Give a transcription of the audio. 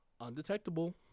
undetectable